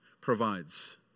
provides